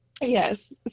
Yes